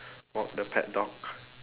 walk the pet dog